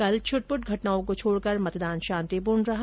कल छुटपुट घटनाओं को छोड़कर मतदान शांतिपूर्ण रहा